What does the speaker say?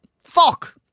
Fuck